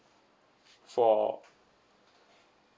for